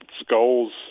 skulls